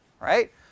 right